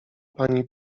pani